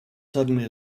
suddenly